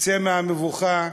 תצא מהמבוכה.